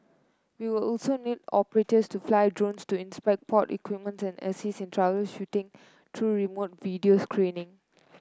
we will also need operators to fly drones to inspect port equipment and assist in troubleshooting through remote video screening